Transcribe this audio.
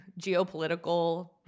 geopolitical